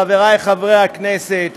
חבריי חברי הכנסת,